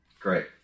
great